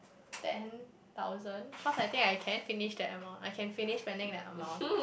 ten thousand cause I think I can't finish that amount I can finish spending that amount